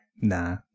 nah